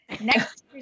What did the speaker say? next